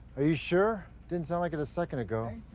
are you sure? didn't sound like it a second ago.